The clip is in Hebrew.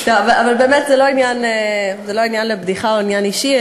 אבל באמת זה לא עניין לבדיחה או עניין אישי,